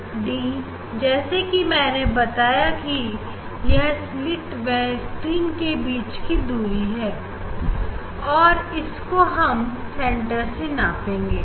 D जैसे मैंने बताया कि यह स्लीट व स्क्रीन के बीच की दूरी है और इसको हम सेंटर से नापाएंगे